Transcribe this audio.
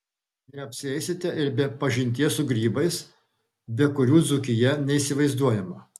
neapsieisite ir be pažinties su grybais be kurių dzūkija neįsivaizduojama